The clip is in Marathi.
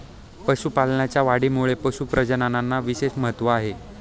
पशुपालनाच्या वाढीमध्ये पशु प्रजननाला विशेष महत्त्व आहे